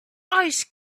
ice